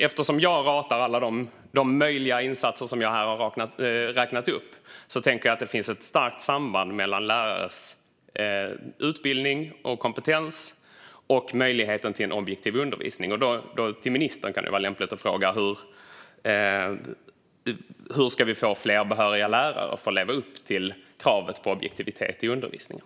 Eftersom jag ratar alla de möjliga insatser som jag här har räknat upp tänker jag att det finns ett starkt samband mellan lärares utbildning och kompetens och möjligheten till objektiv undervisning. Till ministern kan det vara lämpligt att fråga: Hur ska vi få fler behöriga lärare att leva upp till kravet på objektivitet i undervisningen?